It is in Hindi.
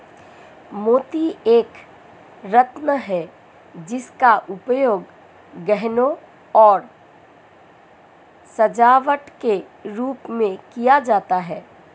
मोती एक रत्न है जिसका उपयोग गहनों और सजावट के रूप में किया जाता था